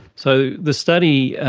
so the study,